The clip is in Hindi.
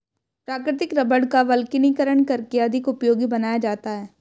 प्राकृतिक रबड़ का वल्कनीकरण करके अधिक उपयोगी बनाया जाता है